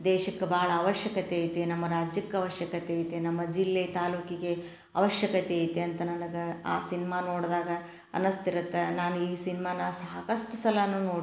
ದೇಶಕ್ಕೆ ಭಾಳ ಅವಶ್ಯಕತೆ ಐತಿ ನಮ್ಮ ರಾಜ್ಯಕ್ಕೆ ಅವಶ್ಯಕತೆ ಐತಿ ನಮ್ಮ ಜಿಲ್ಲೆ ತಾಲೂಕಿಗೆ ಅವಶ್ಯಕತೆ ಐತಿ ಅಂತ ನನಗೆ ಆ ಸಿನ್ಮಾ ನೋಡಿದಾಗ ಅನ್ನಿಸ್ತಿರುತ್ತ ನಾನು ಈ ಸಿನ್ಮಾನ ಸಾಕಷ್ಟು ಸಲ ನೋಡೀನಿ